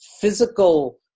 physical